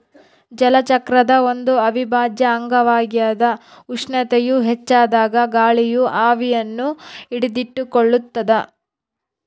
ಜಲಚಕ್ರದ ಒಂದು ಅವಿಭಾಜ್ಯ ಅಂಗವಾಗ್ಯದ ಉಷ್ಣತೆಯು ಹೆಚ್ಚಾದಾಗ ಗಾಳಿಯು ಆವಿಯನ್ನು ಹಿಡಿದಿಟ್ಟುಕೊಳ್ಳುತ್ತದ